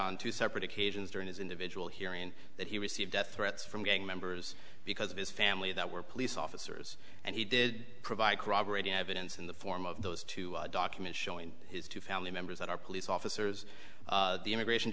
on two separate occasions during his individual hearing that he received death threats from gang members because of his family that were police officers and he did provide corroborating evidence in the form of those two documents showing his two family members that are police officers the immigration